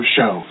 Show